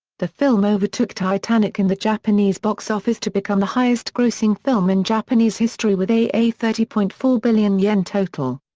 the film overtook titanic in the japanese box office to become the highest-grossing film in japanese history with a a thirty point four billion yuan total.